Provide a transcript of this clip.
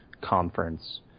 conference